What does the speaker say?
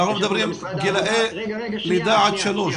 אנחנו מדברים גילאי לידה-3.